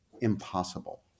impossible